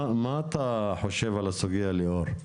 מה אתה חושב על הסוגייה, ליאור,